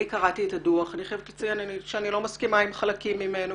אני קראתי את הדוח ואני חייבת לציין שאיני מסכימה עם חלקים ממנו